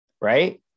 right